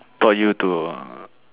brought you to